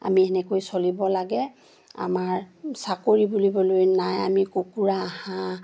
আমি সেনেকৈ চলিব লাগে আমাৰ চাকৰি বুলিবলৈ নাই আমি কুকুৰা হাঁহ